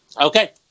Okay